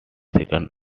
second